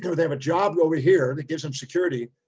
they have a job over here and it gives them security.